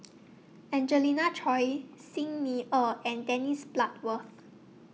Angelina Choy Xi Ni Er and Dennis Bloodworth